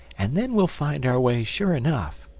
and then we'll find our way sure enough.